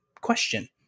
question